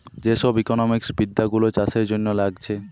যে সব ইকোনোমিক্স বিদ্যা গুলো চাষের জন্যে লাগছে